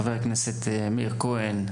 חבר הכנסת מאיר כהן,